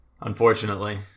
unfortunately